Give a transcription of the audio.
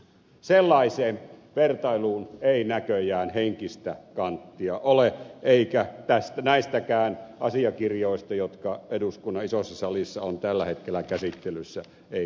sellaiseen vertailuun ei näköjään henkistä kanttia ole eikä näistäkään asiakirjoista jotka eduskunnan isossa salissa ovat tällä hetkellä käsittelyssä vastausta löydy